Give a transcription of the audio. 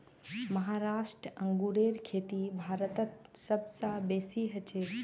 महाराष्ट्र अंगूरेर खेती भारतत सब स बेसी हछेक